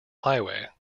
highway